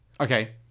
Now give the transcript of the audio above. Okay